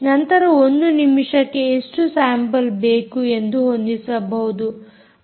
ನಂತರ ಒಂದು ನಿಮಿಷಕ್ಕೆ ಎಷ್ಟು ಸ್ಯಾಂಪಲ್ ಬೇಕು ಎಂದು ಹೊಂದಿಸಬಹುದು